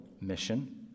mission